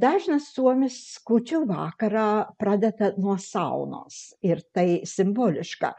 dažnas suomis kūčių vakarą pradeda nuo saunos ir tai simboliška